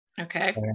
okay